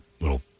little